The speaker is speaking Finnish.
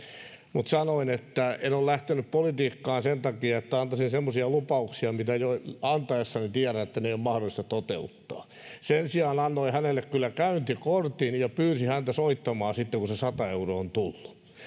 mutta sanoin että en ole lähtenyt politiikkaan sen takia että antaisin semmoisia lupauksia mistä jo antaessani tiedän että ne eivät ole mahdollisia toteuttaa sen sijaan annoin hänelle kyllä käyntikortin ja pyysin häntä soittamaan sitten kun se sata euroa on tullut